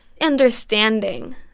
understanding